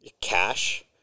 Cash